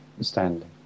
standing